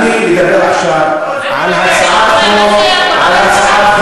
אני מדבר עכשיו על הצעת חוק,